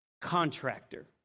contractor